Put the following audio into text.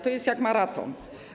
To jest jak maraton.